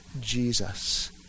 Jesus